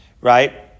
right